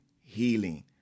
healing